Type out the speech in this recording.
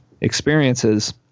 experiences